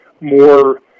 more